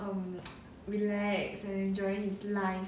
relaxed enjoy his life